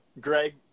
Greg